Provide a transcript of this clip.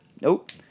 Nope